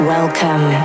Welcome